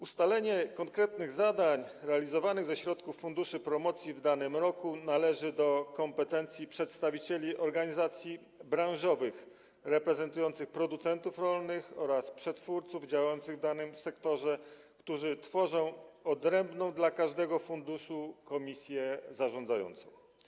Ustalenie konkretnych zadań realizowanych ze środków funduszy promocji w danym roku należy do kompetencji przedstawicieli organizacji branżowych reprezentujących producentów rolnych oraz przetwórców działających w danym sektorze, którzy tworzą odrębną dla każdego funduszu komisję zarządzającą.